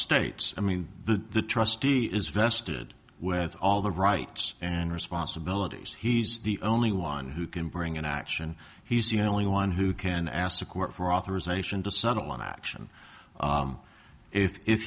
states i mean the trustee is vested with all the rights and responsibilities he's the only one who can bring an action he's the only one who can ask the court for authorization to subtle an action